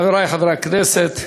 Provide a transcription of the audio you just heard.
חברי חברי הכנסת,